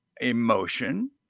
emotion